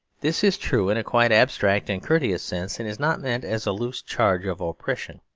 this is true in a quite abstract and courteous sense and is not meant as a loose charge of oppression.